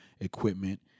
equipment